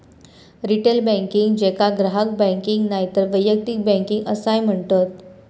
retail banking, जेका ग्राहक banking नायतर वैयक्तिक बँकिंग असाय म्हणतत